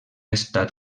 estat